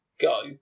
go